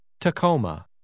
Tacoma